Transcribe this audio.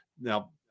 now